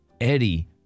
Eddie